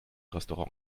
restaurant